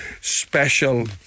special